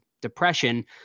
depression